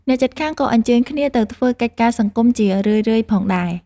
អ្នកជិតខាងក៏អញ្ជើញគ្នាទៅធ្វើកិច្ចការសង្គមជារឿយៗផងដែរ។